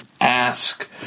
ask